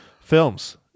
films